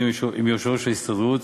בדיון עם יושב-ראש ההסתדרות.